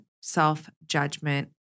self-judgment